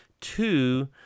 Two